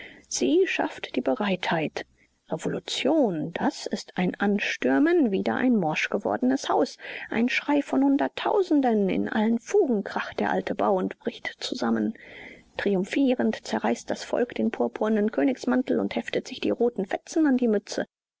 sie schafft die bereitheit revolution das ist ein anstürmen wider ein morsch gewordenes haus ein schrei von hunderttausenden in allen fugen kracht der alte bau und bricht zusammen triumphierend zerreißt das volk den purpurnen königsmantel und heftet sich die roten fetzen an die mütze